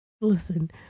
Listen